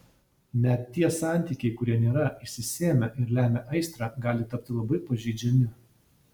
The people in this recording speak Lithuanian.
net tie santykiai kurie nėra išsisėmę ir lemia aistrą gali tapti labai pažeidžiami